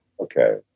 Okay